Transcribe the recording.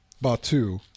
batu